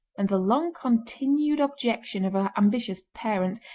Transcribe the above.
and the long-continued objection of her ambitious parents,